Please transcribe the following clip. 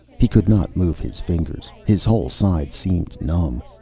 he could not move his fingers. his whole side seemed numb.